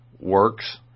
works